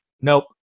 Nope